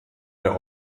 der